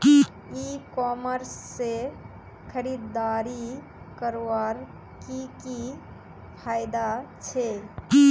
ई commerce से खरीदारी करवार की की फायदा छे?